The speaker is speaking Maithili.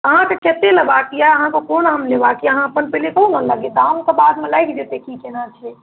अहाँके कतेक लेबाके अइ अहाँके कोन आम लेबाके अइ अहाँ अपन पहिले कहू ने दाम तऽ बादमे लागि जेतै की कोना छै